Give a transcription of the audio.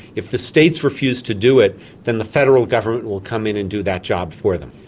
if the states refuse to do it then the federal government will come in and do that job for them.